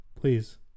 please